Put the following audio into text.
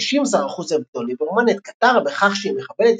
האשים שר החוץ אביגדור ליברמן את קטר בכך שהיא מחבלת